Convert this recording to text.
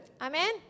Amen